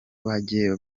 bajye